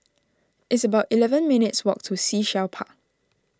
it's about eleven minutes' walk to Sea Shell Park